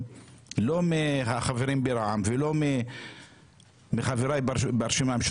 - לא מהחברים ברע"מ ולא מחבריי ברשימה.